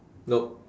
nope